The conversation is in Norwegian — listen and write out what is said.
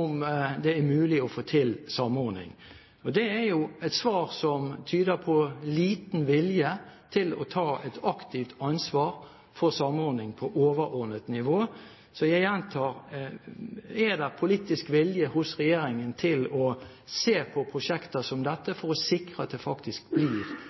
om det er mulig å få til samordning. Det er jo et svar som tyder på liten vilje til å ta et aktivt ansvar for samordning på overordnet nivå. Så jeg gjentar: Er det politisk vilje hos regjeringen til å se på prosjekter som dette for å sikre at det faktisk blir